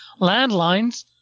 landlines